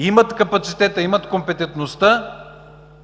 имат капацитета, имат компетентността